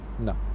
No